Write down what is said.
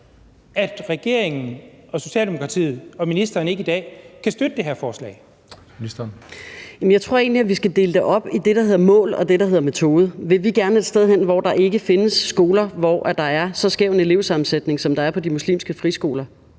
Børne- og undervisningsministeren (Pernille Rosenkrantz-Theil): Jeg tror, vi skal dele det op i det, der hedder mål, og det, der hedder metode. Vil vi gerne et sted hen, hvor der ikke findes skoler, hvor der er så skæv en elevsammensætning, som der er på de muslimske friskoler?